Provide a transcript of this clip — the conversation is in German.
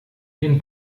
den